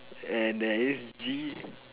and there is G